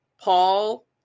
Paul